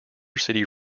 city